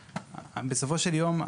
בסופו של יום,